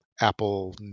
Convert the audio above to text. Apple